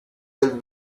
del